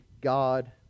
God